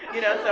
you know, so